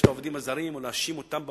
את העובדים הזרים" או להאשים אותם במחלות.